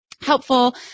helpful